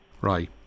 Right